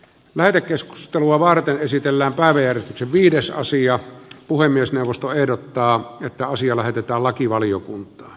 lähetekeskustelua varten esitellään vanhoja kivikasa osia puhemiesneuvosto ehdottaa että asia lähetetäänlakivaliokunta